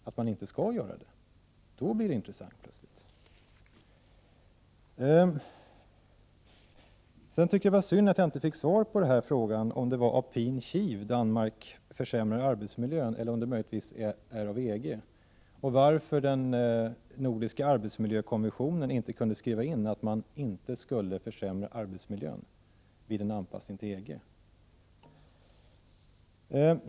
Sedan tycker jag att det var synd att jag inte fick svar på frågan om det är på pin kiv Danmark försämrar arbetsmiljön eller om det möjligtvis beror på EG och varför den Nordiska arbetsmiljökommissionen inte kunde skriva in att man inte skall försämra arbetsmiljön vid en anpassning till EG.